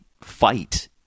fight